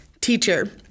teacher